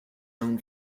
own